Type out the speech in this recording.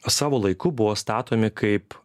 savo laiku buvo statomi kaip